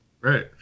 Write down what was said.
right